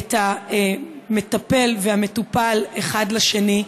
את המטפל והמטופל האחד לשני,